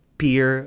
peer